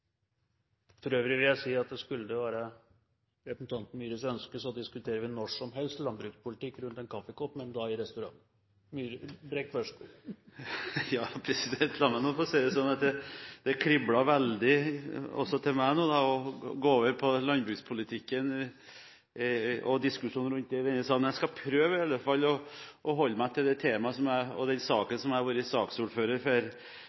For øvrig vil jeg si at skulle det være representanten Myhres ønske, diskuterer vi når som helst landbrukspolitikk rundt en kaffekopp, men da i restauranten. La meg få si det slik at det kribler veldig også hos meg etter å gå over på landbrukspolitikk og diskusjon rundt det i denne sammenheng. Jeg skal iallfall prøve å holde meg til temaet og den saken jeg har vært ordfører for,